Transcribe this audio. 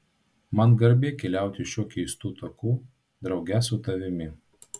man garbė keliauti šiuo keistu taku drauge su tavimi